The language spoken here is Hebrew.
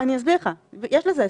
אסביר לך, יש לזה הסבר.